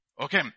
Okay